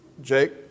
Jake